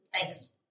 Thanks